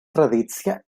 tradicia